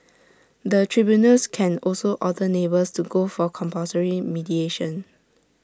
the tribunals can also order neighbours to go for compulsory mediation